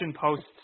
posts